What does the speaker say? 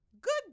Good